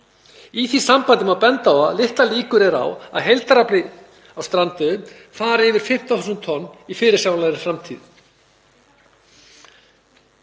Í því sambandi má benda á að litlar líkur eru á að heildarafli á strandveiðum fari yfir 15.000 tonn í fyrirsjáanlegri framtíð.